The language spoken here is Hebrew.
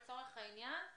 לצורך העניין,